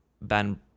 Ben